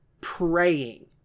praying